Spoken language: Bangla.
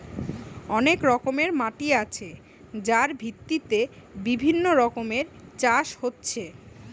অনেক রকমের মাটি আছে যার ভিত্তিতে বিভিন্ন রকমের চাষ হচ্ছে